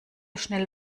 schnell